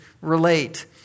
relate